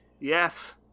Yes